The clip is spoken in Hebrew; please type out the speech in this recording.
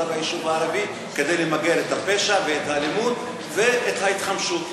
ביישוב הערבי כדי למגר את הפשע ואת האלימות ואת ההתחמשות.